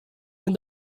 and